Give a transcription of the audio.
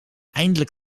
eindelijk